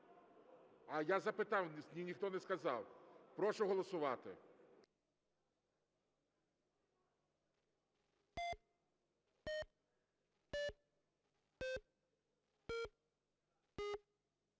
А я запитав, мені ніхто не сказав. Прошу голосувати.